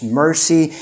mercy